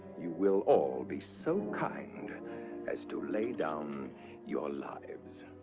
you will all be so kind as to lay down your lives.